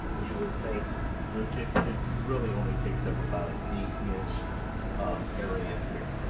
you would think it really only takes up about an eight inch area here.